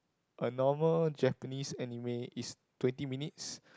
a normal Japanese anime is twenty minutes